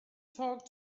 talk